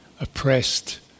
oppressed